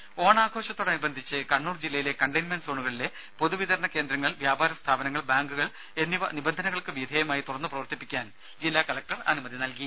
ദുദ ഓണാഘോഷത്തോടനുബന്ധിച്ച് കണ്ണൂർ ജില്ലയിലെ കണ്ടെയിൻമെന്റ് സോണുകളിലെ പൊതുവിതരണ കേന്ദ്രങ്ങൾ വ്യാപാര സ്ഥാപനങ്ങൾ ബാങ്കുകൾ എന്നിവ നിബന്ധനകൾക്കു വിധേയമായി തുറന്ന് പ്രവർത്തിപ്പിക്കാൻ ജില്ലാ കലക്ടർ അനുമതി നൽകി